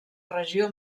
regió